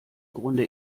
grunde